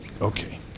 Okay